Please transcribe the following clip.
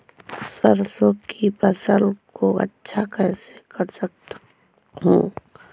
सरसो की फसल को अच्छा कैसे कर सकता हूँ?